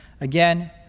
Again